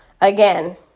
again